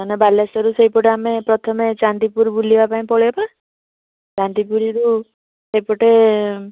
ଆମେ ବାଲେଶ୍ଵର ସେଇପଟେ ଆମେ ପ୍ରଥମେ ଚାନ୍ଦିପୁର ବୁଲିବାପାଇଁ ପଳେଇବା